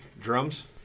drums